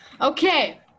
Okay